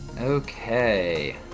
Okay